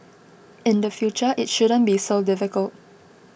in the future it shouldn't be so difficult